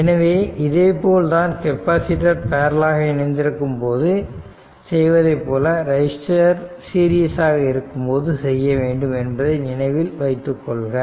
எனவே இதே போல் தான் கெப்பாசிட்டர் பேரலல் ஆக இணைந்திருக்கும் போது செய்வதைப்போல ரெசிஸ்டர் சீரிஸாக இருக்கும் போது செய்ய வேண்டும் என்பதை நினைவில் வைத்துக் கொள்க